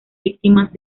víctimas